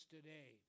Today